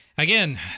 Again